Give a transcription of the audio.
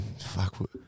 Fuck